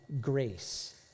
grace